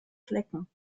flecken